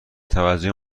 توجه